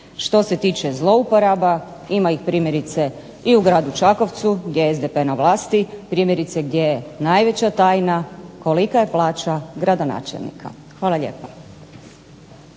Što se tiče zlouporaba ima ih primjerice i u gradu Čakovcu gdje je SDP na vlasti, primjerice gdje je najveća tajna kolika je plaća gradonačelnika. Hvala lijepa.